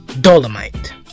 Dolomite